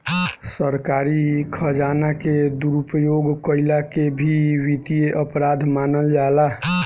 सरकारी खजाना के दुरुपयोग कईला के भी वित्तीय अपराध मानल जाला